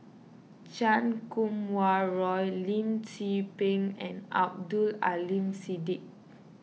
Chan Kum Wah Roy Lim Tze Peng and Abdul Aleem Siddique